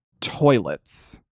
toilets